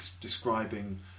describing